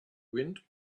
wind